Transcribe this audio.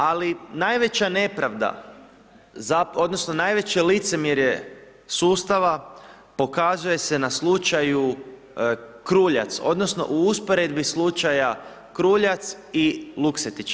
Ali najveća nepravda, odnosno najveće licemjerje sustava pokazuje se na slučaju Kruljac odnosno u usporedbi slučaja Kruljac i Luksetić.